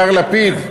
השר לפיד,